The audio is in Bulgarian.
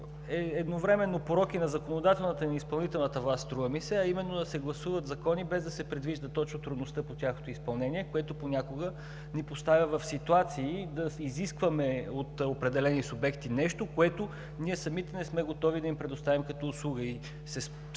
едновременно порок и на законодателната, и на изпълнителната власт струва ми се, а именно да се гласуват закони, без да се предвижда точно трудността по тяхното изпълнение. Това понякога ни поставя в ситуации да изискваме от определени субекти нещо, което ние самите не сме готови да им предоставим като услуга.